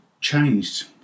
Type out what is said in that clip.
changed